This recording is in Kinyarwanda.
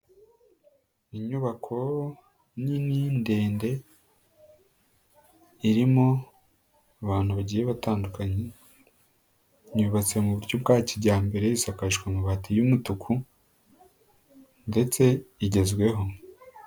Inyubako nini ndende irimo abantu bagiye batandukanye, yubatse mu buryo bwa kijyambere isakajwe amabati y'umutuku ,ndetse igezweho.